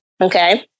Okay